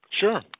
Sure